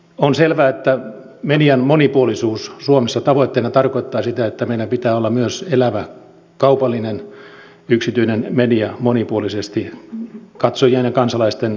on selvää että median monipuolisuus suomessa tavoitteena tarkoittaa sitä että meillä pitää olla myös elävä kaupallinen yksityinen media monipuolisesti katsojien ja kansalaisten saatavilla